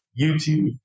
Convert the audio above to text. YouTube